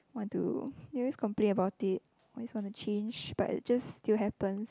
what do always complaint about this why is want to change but just still happen